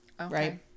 right